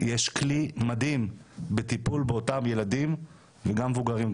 יש כלי מדהים בטיפול באותם ילדים וגם מבוגרים,